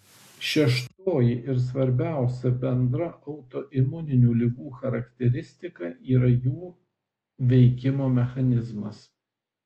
šeštoji ir svarbiausia bendra autoimuninių ligų charakteristika yra jų veikimo mechanizmas